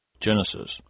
Genesis